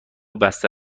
بسته